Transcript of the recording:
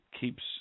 keeps